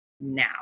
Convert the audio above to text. now